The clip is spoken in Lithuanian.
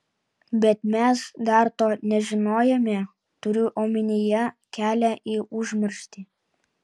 bet mes dar to nežinojome turiu omenyje kelią į užmarštį